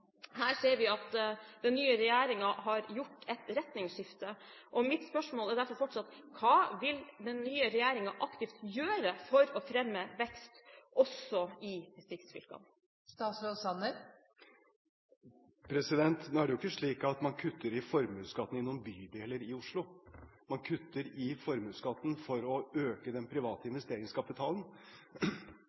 Her ser vi at den nye regjeringen har gjort et retningsskifte, og mitt spørsmål er derfor fortsatt: Hva vil den nye regjeringen aktivt gjøre for å fremme vekst også i distriktsfylkene? Nå er det ikke slik at man kutter i formuesskatten i noen bydeler i Oslo. Man kutter i formuesskatten for å øke den private investeringskapitalen,